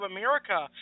America